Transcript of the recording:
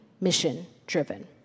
mission-driven